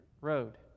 road